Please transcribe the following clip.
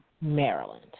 Maryland